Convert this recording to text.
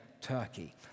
Turkey